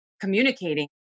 communicating